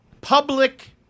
public